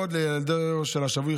בעוד לילדו של שבוי,